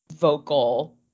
vocal